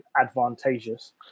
advantageous